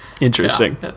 Interesting